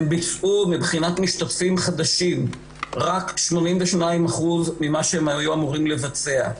מבחינת משתתפים חדשים הם ביצעו רק 82% ממה שהם היו אמורים לבצע.